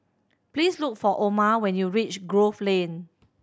please look for Omer when you reach Grove Lane